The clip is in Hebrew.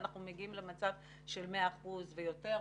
אנחנו מגיעים למצב של 100% ויותר.